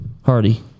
Hardy